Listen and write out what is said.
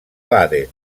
baden